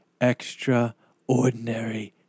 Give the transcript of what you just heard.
extraordinary